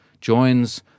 joins